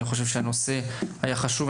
אני חושב שהנושא היה חשוב.